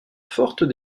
fortes